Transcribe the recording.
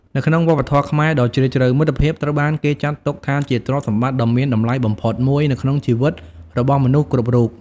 នៅក្នុងវប្បធម៌ខ្មែរដ៏ជ្រាលជ្រៅ មិត្តភាពត្រូវបានគេចាត់ទុកថាជាទ្រព្យសម្បត្តិដ៏មានតម្លៃបំផុតមួយនៅក្នុងជីវិតរបស់មនុស្សគ្រប់រូប។